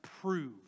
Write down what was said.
prove